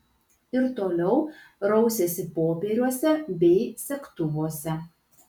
ir toliau rausėsi popieriuose bei segtuvuose